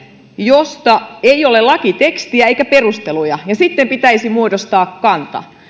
joista ei ole lakitekstiä eikä perusteluja ja sitten pitäisi muodostaa kanta